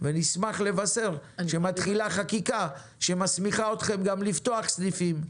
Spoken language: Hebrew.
ואני אשמח לבשר שמתחילה חקיקה שמסמיכה אתכם גם לפתוח סניפים,